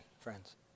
friends